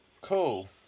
Cool